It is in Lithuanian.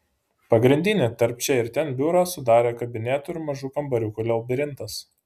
pagrindinį tarp čia ir ten biurą sudarė kabinetų ir mažų kambariukų labirintas